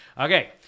Okay